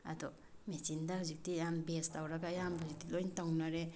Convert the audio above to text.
ꯑꯗꯣ ꯃꯦꯆꯤꯟꯗ ꯍꯧꯖꯤꯛꯇꯤ ꯌꯥꯝ ꯕꯦꯁ ꯇꯧꯔꯒ ꯑꯌꯥꯝꯕ ꯍꯧꯖꯤꯛꯇꯤ ꯂꯣꯏ ꯇꯧꯅꯔꯦ